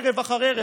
ערב אחר ערב,